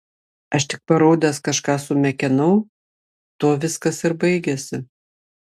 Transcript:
aš tik paraudęs kažką sumekenau tuo viskas ir baigėsi